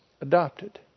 adopted